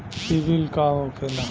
सीबील का होखेला?